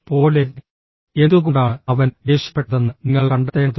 പോലെ എന്തുകൊണ്ടാണ് അവൻ ദേഷ്യപ്പെട്ടതെന്ന് നിങ്ങൾ കണ്ടെത്തേണ്ടതുണ്ട്